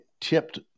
tipped